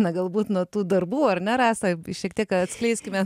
na galbūt nuo tų darbų ar ne rasa šiek tiek atskleiskime